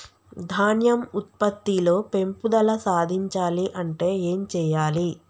ధాన్యం ఉత్పత్తి లో పెంపుదల సాధించాలి అంటే ఏం చెయ్యాలి?